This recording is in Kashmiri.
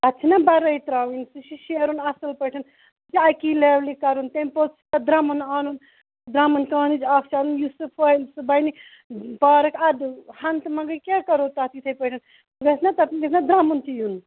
تتھ چھِن بَرٲے ترٛاوٕنۍ سُہ چھُ شیرُن اَصٕل پٲٹھۍ سُہ چھُ اَکی لیوٚلہِ کَرُن تَمہِ پوٚت چھُ تَتھ درٛمُن اَنُن درٛمُن کانٕچ اَکھ چھُ اَنُن یُس سُہ پھہلہِ سُہ بَنہِ پارَک اَدٕ ہَنٛگتہٕ منٛگٕے کیٛاہ کَرو تَتھ یِتھَے پٲٹھۍ گَژھِ نا تَتھ گَژھِ نا درٛمُن تہِ یُن